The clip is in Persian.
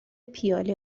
پیاله